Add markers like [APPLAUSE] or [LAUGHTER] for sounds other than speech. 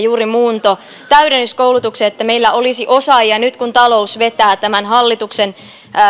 [UNINTELLIGIBLE] juuri muunto täydennyskoulutukseen että meillä olisi osaajia nyt kun talous vetää tämän hallituksen